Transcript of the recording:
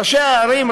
ראשי הערים,